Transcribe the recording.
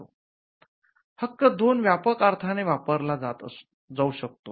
'हक्क' दोन व्यापक अर्थाने वापरला जाऊ शकतो